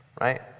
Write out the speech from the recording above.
Right